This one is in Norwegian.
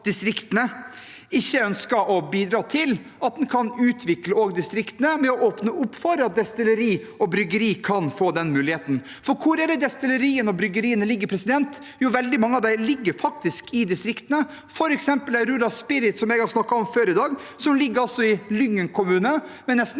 redegjørelse 711 en også kan utvikle distriktene med å åpne opp for at destilleri og bryggeri kan få den muligheten. For hvor ligger destilleriene og bryggeriene? Jo, veldig mange av dem ligger faktisk i distriktene. Et eksempel er Aurora Spirit, som jeg har snakket om før i dag, som ligger i Lyngen kommune med nesten